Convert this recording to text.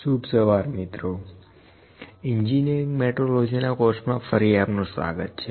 શુભ સવાર મિત્રો engineering metrology ના કૉર્સ મા ફરી આપનું સ્વાગત છે